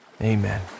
Amen